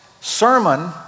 sermon